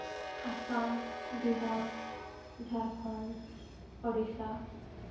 Assam Bihar Jharkhand Odisha